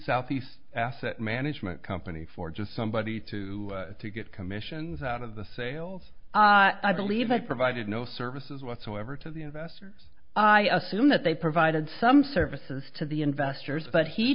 se asset management company for just somebody to to get commissions out of the sales i believe i provided no services whatsoever to the investors i assume that they provided some services to the investors but he